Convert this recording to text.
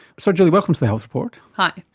so julie, welcome to the health report. hi,